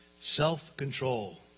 self-control